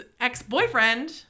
ex-boyfriend